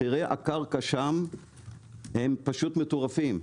מחירי הקרקע שם הם פשוט מטורפים.